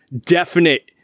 definite